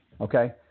okay